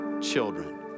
children